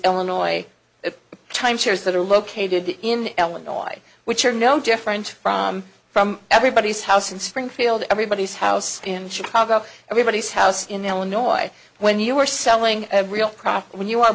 illinois timeshares that are located in l a no i which are no different from from everybody's house in springfield everybody's house in chicago everybody's house in illinois when you are selling real profit when you are